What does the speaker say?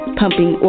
pumping